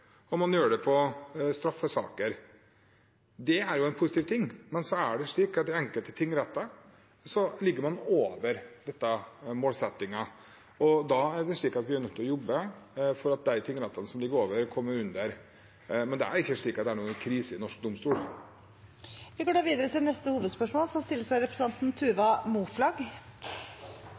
straffesaker. Det er jo en positiv ting. Men i enkelte tingretter ligger man over denne målsettingen, og da er vi er nødt til å jobbe for at de tingrettene som ligger over, kommer under. Det er ikke slik at det er noen krise i norske domstoler. Vi går videre til neste hovedspørsmål. Om lag 80 000 mennesker lever med demens i dag, og vi kan forvente at det tallet vil doble seg i løpet av